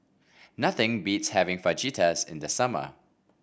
nothing beats having Fajitas in the summer